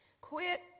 quit